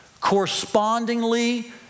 correspondingly